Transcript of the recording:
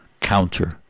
counter